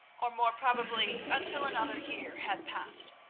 or more probably until another year had passed.